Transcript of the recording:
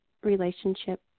relationship